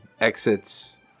exits